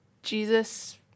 Jesus